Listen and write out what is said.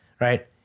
right